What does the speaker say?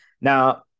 Now